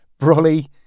Broly